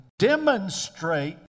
demonstrate